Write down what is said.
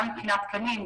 גם מבחינת תקנים,